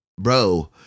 bro